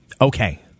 okay